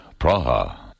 Praha